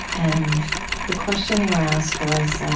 and the question you asked was,